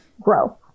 grow